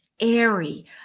airy